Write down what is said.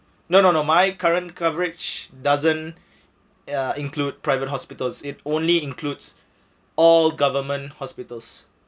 no no no my current coverage doesn't uh include private hospitals it only includes all government hospitals